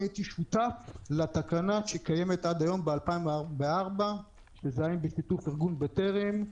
הייתי שותף לתקנה שקיימת עד היום מ-2004 שהייתה בשיתוף ארגון בטרם.